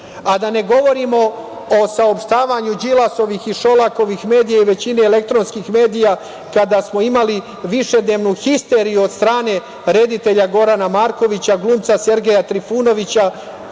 Da ne govorimo o saopštavanju Đilasovih i Šolakovih medija i većine elektronskih medija kada smo imali višednevnu histeriju od strane reditelja Gorana Markovića, glumca Sergeja Trifunovića,